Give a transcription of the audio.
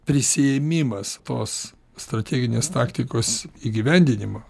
prisiėmimas tos strateginės taktikos įgyvendinimo